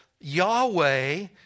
Yahweh